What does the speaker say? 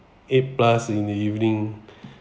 A plus in the evening